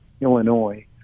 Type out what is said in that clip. Illinois